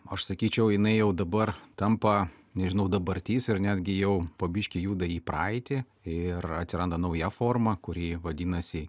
aš sakyčiau jinai jau dabar tampa nežinau dabartis ir netgi jau po biškį juda į praeitį ir atsiranda nauja forma kuri vadinasi